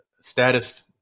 status